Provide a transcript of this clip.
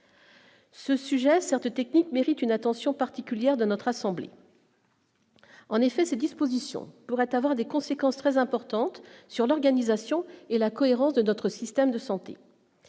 Ce sujet certes technique, mérite une attention particulière de notre assemblée. En effet, ces dispositions pourrait avoir des conséquences très importantes sur l'organisation et la cohérence de notre système de santé